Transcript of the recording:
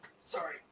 sorry